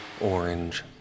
Orange